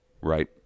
Right